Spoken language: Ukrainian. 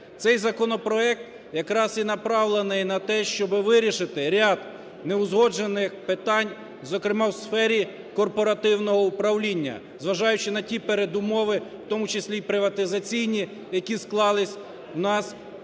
Цей законопроект якраз і направлений на те, щоб вирішити ряд неузгоджених питань, зокрема у сфері корпоративного управління, зважаючи на ті передумови, в тому числі і приватизаційні, які склались в нас,